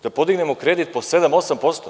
Da podignemo kredit po 7%, 8%